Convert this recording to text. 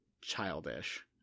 childish